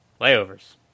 Layovers